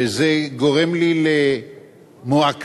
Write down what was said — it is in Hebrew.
וזה גורם לי מועקה.